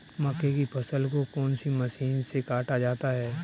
मक्के की फसल को कौन सी मशीन से काटा जाता है?